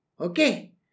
Okay